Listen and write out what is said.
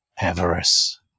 Avarice